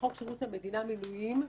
לחוק שירות המדינה (מינויים),